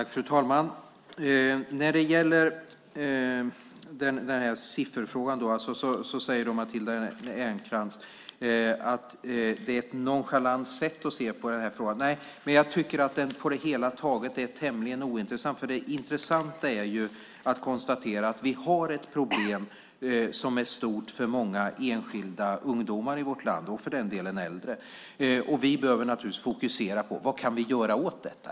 Fru talman! När det gäller antalet säger Matilda Ernkrans att det är ett nonchalant sätt att se på frågan. Jag tycker att det på det hela taget är tämligen ointressant. Det intressanta är ju att konstatera att vi har ett problem som är stort för många enskilda ungdomar i vårt land - och för den delen även äldre. Vi behöver naturligtvis fokusera på vad vi kan göra åt det.